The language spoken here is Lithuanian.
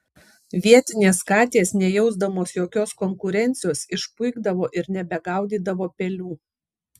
vietinės katės nejausdamos jokios konkurencijos išpuikdavo ir nebegaudydavo pelių